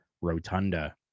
Rotunda